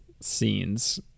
scenes